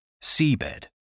seabed